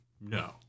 No